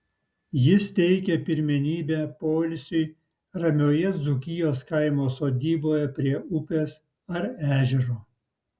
jis teikia pirmenybę poilsiui ramioje dzūkijos kaimo sodyboje prie upės ar ežero